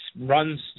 runs